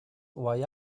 why